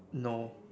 no